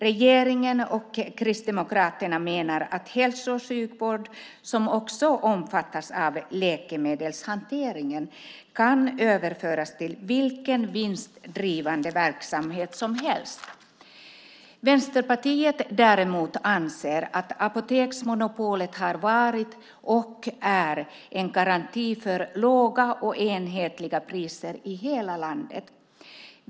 Regeringen och Kristdemokraterna menar att hälso och sjukvård, som också omfattar läkemedelshantering, kan överföras till vilken vinstdrivande verksamhet som helst. Vänsterpartiet däremot anser att apoteksmonopolet har varit och är en garanti för låga och enhetliga priser i hela landet.